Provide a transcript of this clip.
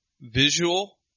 visual